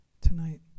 tonight